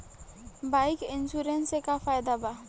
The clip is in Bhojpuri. बाइक इन्शुरन्स से का फायदा बा?